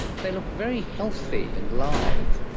very like very healthy and lithe.